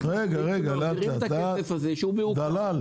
צריך להחליט שמעבירים את הכסף הזה --- לאט-לאט.